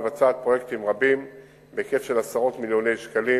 מבצעת פרויקטים רבים בהיקף של עשרות מיליוני שקלים